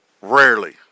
rarely